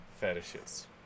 Fetishes